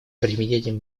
применением